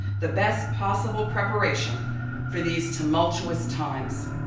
the best possible preparation for these tumultuous times.